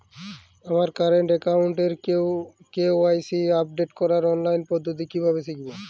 আমার কারেন্ট অ্যাকাউন্টের KYC update করার অনলাইন পদ্ধতি কীভাবে শিখব?